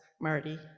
Marty